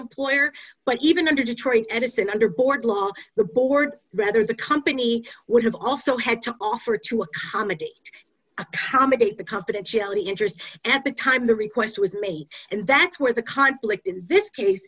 employer but even under detroit anything under board law the board rather the company would have also had to offer to accommodate how maybe the confidentiality interest at the time the request was made and that's where the conflict in this case